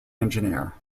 engineer